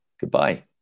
Goodbye